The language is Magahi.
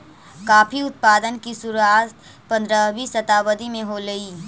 कॉफी उत्पादन की शुरुआत पंद्रहवी शताब्दी में होलई